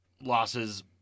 losses